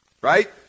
Right